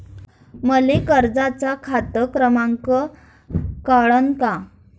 मले कर्जाचा खात क्रमांक कळन का?